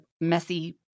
messy